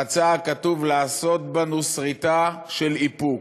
רצה הכתוב לעשות בנו שריטה של איפוק.